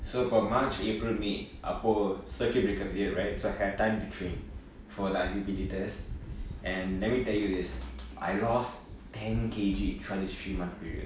so for அப்பொ:appo march april may அப்பொ:appo circuit breaker period right so I had time to train for the I_P_P_T test and let me tell you this I lost ten K_G through this three month period